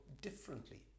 differently